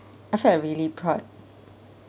I felt really proud